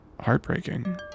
heartbreaking